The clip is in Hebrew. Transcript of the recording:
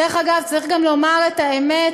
דרך אגב, צריך גם לומר את האמת: